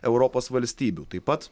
europos valstybių taip pat